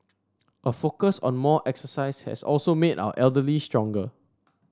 a focus on more exercise has also made our elderly stronger